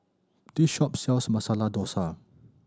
this shop sells Masala Dosa